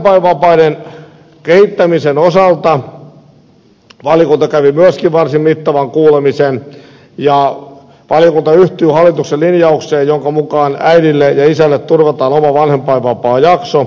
myöskin vanhempainvapaiden kehittämisen osalta valiokunta kävi varsin mittavan kuulemisen ja valiokunta yhtyy hallituksen linjaukseen jonka mukaan äidille ja isälle turvataan oma vanhempainvapaajakso